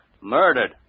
Murdered